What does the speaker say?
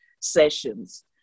sessions